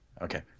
Okay